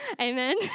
Amen